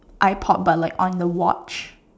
iPod but like on the watch